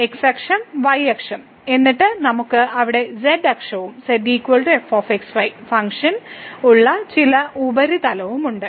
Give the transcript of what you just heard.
x അക്ഷം y അക്ഷം എന്നിട്ട് നമുക്ക് അവിടെ z അക്ഷവും z f x y function ഉള്ള ചില ഉപരിതലവുമുണ്ട്